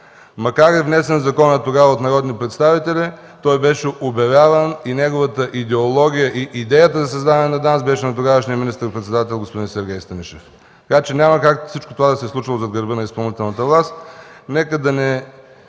Макар и внесен тогава законопроектът от народните представители, той беше обявяван и неговата идеология и идеята за създаване на ДАНС беше на тогавашния министър-председател господин Сергей Станишев. Така че няма как всичко това да се е случило зад гърба на изпълнителната власт. Нека да не